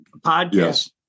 podcast